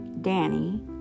Danny